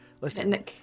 listen